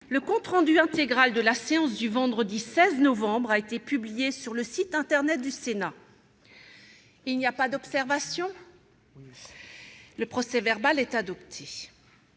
Le compte rendu intégral de la séance du vendredi 16 novembre 2018 a été publié sur le site internet du Sénat. Il n'y a pas d'observation ?... Le procès-verbal est adopté.